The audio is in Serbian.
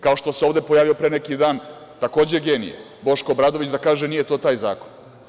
Kao što se ovde pojavio pre neki dan, takođe genije Boško Obradović, da kaže – nije to taj zakon.